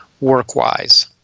work-wise